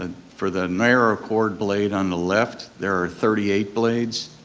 ah for the narrow chord blade on the left there are thirty eight blades.